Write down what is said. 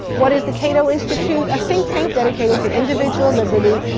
what is the cato institute? a think tank dedicated to individual liberty,